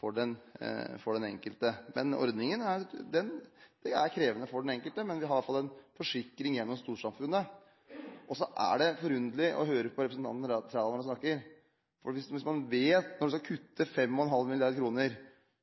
for den enkelte. Det er krevende for den enkelte, men vi har i hvert fall en forsikring gjennom storsamfunnet. Så er det forunderlig å høre på representanten Trældal. Man skal altså kutte 5,5 mrd. kr.